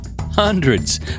hundreds